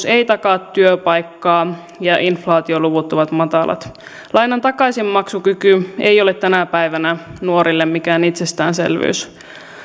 ei takaa työpaikkaa ja inflaatioluvut ovat matalat lainan takaisinmaksukyky ei ole tänä päivänä nuorille mikään itsestäänselvyys